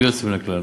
בלי יוצא מן הכלל,